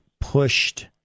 pushed